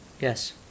yes